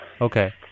Okay